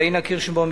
פניה קירשנבאום,